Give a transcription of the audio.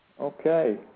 Okay